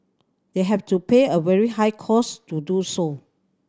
they have to pay a very high cost to do so